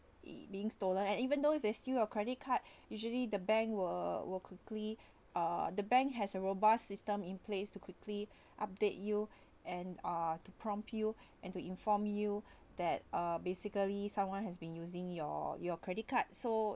being stolen and even though if they steal your credit card usually the bank were were quickly uh the bank has a robust system in place to quickly update you and uh to prompt you and to inform you that uh basically someone has been using your your credit card so